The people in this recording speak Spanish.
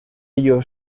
ello